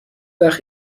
وقت